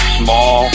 small